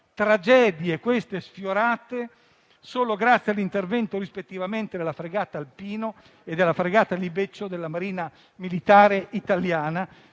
state scongiurate solo grazie all'intervento rispettivamente della fregata Alpino e della fregata Libeccio della Marina militare italiana,